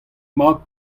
mat